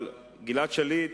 אבל גלעד שליט,